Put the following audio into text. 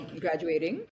graduating